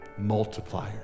Multipliers